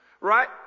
right